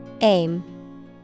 Aim